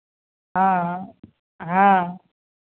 हाँ हाँ हाँ